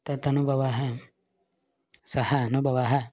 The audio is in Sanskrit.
तत्तनुभवः सः अनुभवः